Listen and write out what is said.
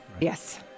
Yes